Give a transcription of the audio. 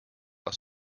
are